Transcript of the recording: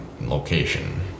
location